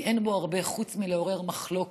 כי אין בו הרבה חוץ מלעורר מחלוקת,